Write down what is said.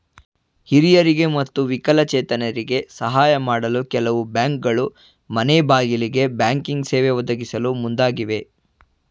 ಹಿರಿಯರಿಗೆ ಮತ್ತು ವಿಕಲಚೇತರಿಗೆ ಸಾಹಯ ಮಾಡಲು ಕೆಲವು ಬ್ಯಾಂಕ್ಗಳು ಮನೆಗ್ಬಾಗಿಲಿಗೆ ಬ್ಯಾಂಕಿಂಗ್ ಸೇವೆ ಒದಗಿಸಲು ಮುಂದಾಗಿವೆ